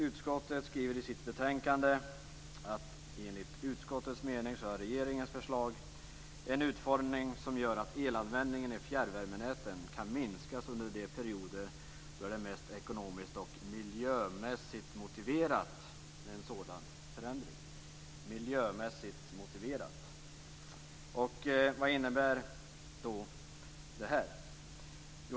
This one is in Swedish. Utskottet skriver i sitt betänkande: "Enligt utskottets mening har regeringens förslag en utformning som gör att elanvändningen i fjärrvärmenäten kan minskas under de perioder då det är mest ekonomiskt och miljömässigt motiverat med en sådan förändring." Man talar alltså om att det är "miljömässigt motiverat". Vad innebär då det?